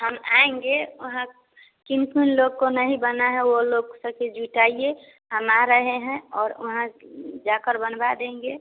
हम आएँगे वहाँ किन किन लोग को नहीं बना है वह लोग सब को जुटाइए हम आ रहे हैं और वहाँ जा कर बनवा देंगे